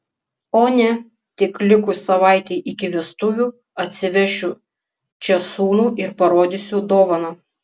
o ne tik likus savaitei iki vestuvių atsivešiu čia sūnų ir parodysiu dovaną